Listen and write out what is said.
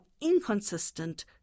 inconsistent